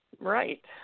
right